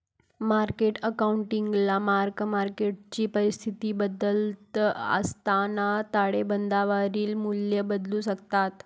market अकाउंटिंगला mark मार्केटची परिस्थिती बदलत असताना ताळेबंदावरील मूल्ये बदलू शकतात